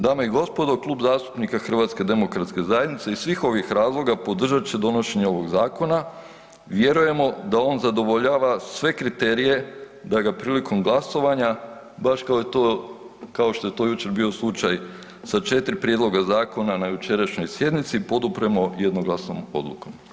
Dame i gospodo, Klub zastupnika HDZ-a iz svih ovih razloga podržat će donošenje ovog zakona, vjerujemo da on zadovoljava sve kriterije da ga prilikom glasovanja baš kao što je to jučer bio slučaj sa četiri prijedloga zakona na jučerašnjoj sjednici, podupremo jednoglasnom odlukom.